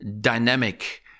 dynamic